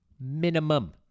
Minimum